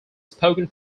spoken